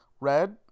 red